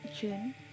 June